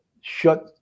shut